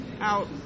out